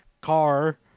car